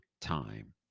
Time